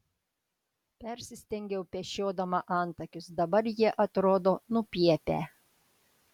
persistengiau pešiodama antakius dabar jie atrodo nupiepę